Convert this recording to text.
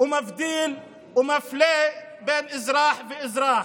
מבדיל ומפלה בין אזרח לאזרח.